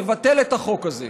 נבטל את החוק הזה.